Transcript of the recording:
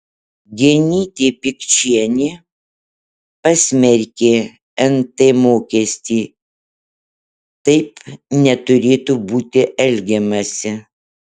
genytė pikčienė pasmerkė nt mokestį taip neturėtų būti elgiamasi